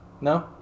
No